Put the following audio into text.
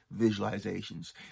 visualizations